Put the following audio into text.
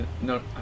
No